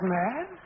mad